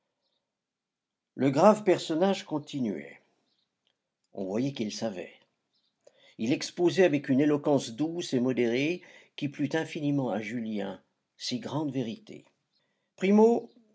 le grave personnage continuait on voyait qu'il savait il exposait avec une éloquence douce et modérée qui plut infiniment à julien ces grandes vérités